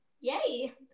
Yay